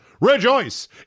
rejoice